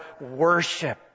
worship